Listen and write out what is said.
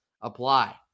apply